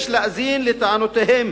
יש להאזין לטענותיהם